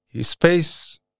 Space